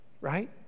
right